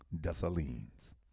Dessalines